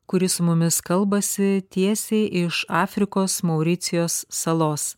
kuri su mumis kalbasi tiesiai iš afrikos mauricijos salos